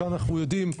אנחנו יודעים,